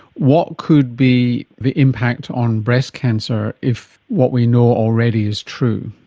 what could be the impact on breast cancer if what we know already is true?